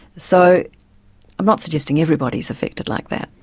so i'm not suggesting everybody is affected like that,